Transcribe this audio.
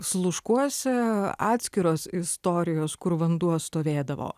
sluškuose atskiros istorijos kur vanduo stovėdavo